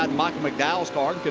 um michael mcdowell's car,